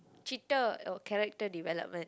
cheater orh character development